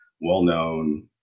well-known